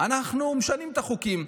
אנחנו משנים את החוקים,